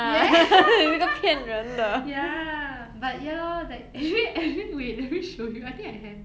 ya ya but ya lor like actually actually wait let me show you I think I have